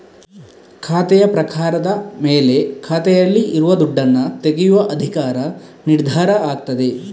ಖಾತೆಯ ಪ್ರಕಾರದ ಮೇಲೆ ಖಾತೆಯಲ್ಲಿ ಇರುವ ದುಡ್ಡನ್ನ ತೆಗೆಯುವ ಅಧಿಕಾರ ನಿರ್ಧಾರ ಆಗ್ತದೆ